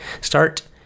start